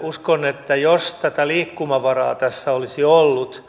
uskon että jos tätä liikkumavaraa tässä olisi ollut